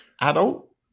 adult